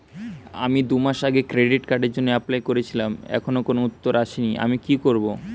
আমি দুমাস আগে ক্রেডিট কার্ডের জন্যে এপ্লাই করেছিলাম এখনো কোনো উত্তর আসেনি আমি কি করব?